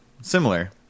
Similar